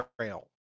Trail